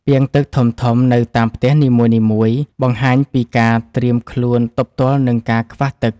ពាងទឹកធំៗនៅតាមផ្ទះនីមួយៗបង្ហាញពីការត្រៀមខ្លួនទប់ទល់នឹងការខ្វះទឹក។